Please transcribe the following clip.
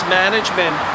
management